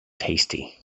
tasty